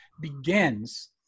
Begins